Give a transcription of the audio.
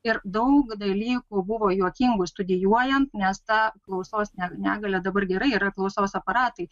ir daug dalykų buvo juokingų studijuojant nes ta klausos negalia dabar gerai yra klausos aparatai